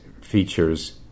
features